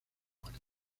muerte